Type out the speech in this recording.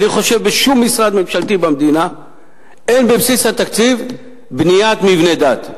אני חושב שבשום משרד ממשלתי במדינה אין בבסיס התקציב בניית מבני דת.